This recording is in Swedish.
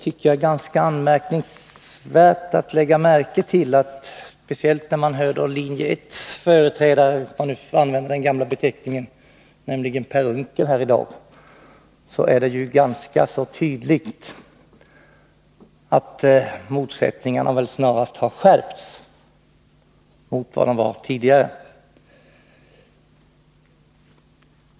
Speciellt när man hör företrädaren här i dag för linje 1 — om jag får använda den gamla beteckningen — nämligen Per Unckel, är det ganska tydligt att motsättningarna snarast har skärpts i förhållande till tidigare.